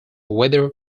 whether